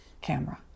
camera